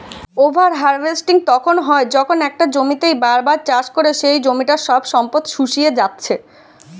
over harvesting তখন হয় যখন একটা জমিতেই বার বার চাষ করে সেই জমিটার সব সম্পদ শুষিয়ে জাত্ছে